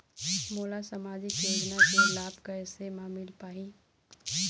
मोला सामाजिक योजना के लाभ कैसे म मिल पाही?